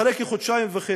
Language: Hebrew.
אחרי כחודשיים וחצי,